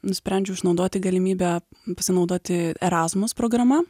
nusprendžiau išnaudoti galimybę pasinaudoti erasmus programa